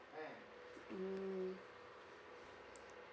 mm